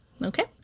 Okay